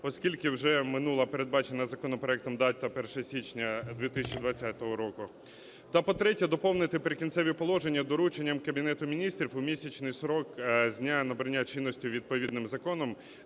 оскільки вже минула передбачена законопроектом дата 1 січня 2020 року. Та, по-третє, доповнити "Прикінцеві положення" дорученням Кабінету Міністрів у місячний строк з дня набрання чинності відповідним законом,